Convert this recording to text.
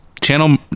Channel